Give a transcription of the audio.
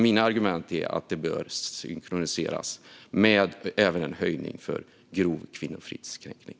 Mitt argument är att detta bör synkroniseras med en höjning även för grov kvinnofridskränkning.